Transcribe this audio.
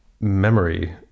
memory